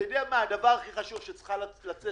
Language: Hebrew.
אתה יודע מה, הדבר הכי חשוב שצריך לצאת